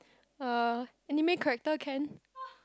uh anime character can